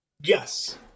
Yes